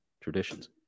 traditions